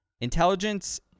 Intelligence